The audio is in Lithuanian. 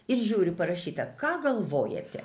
ir žiūriu parašyta ką galvojate